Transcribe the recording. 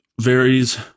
varies